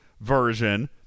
version